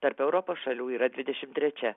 tarp europos šalių yra dvidešimt trečia